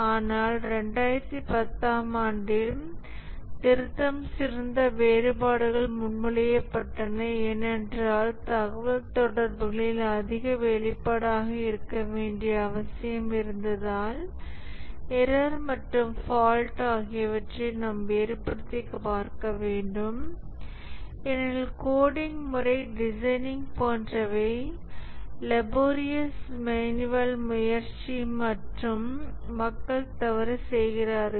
ஆனால் 2010 ஆம் ஆண்டில் திருத்தம் சிறந்த வேறுபாடுகள் முன்மொழியப்பட்டன ஏனென்றால் தகவல்தொடர்புகளில் அதிக வெளிப்பாடாக இருக்க வேண்டிய அவசியம் இருந்ததால் எரர் மற்றும் ஃபால்ட் ஆகியவற்றை நாம் வேறுபடுத்திப் பார்க்க வேண்டும் ஏனெனில் கோடிங் முறை டிசைனிங் போன்றவை லபோரியஸ் மேனுவல் முயற்சி மற்றும் மக்கள் தவறு செய்கிறார்கள்